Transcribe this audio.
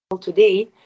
Today